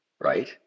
right